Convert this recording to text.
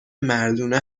مردونه